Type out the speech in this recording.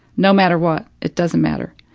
no matter what, it doesn't matter.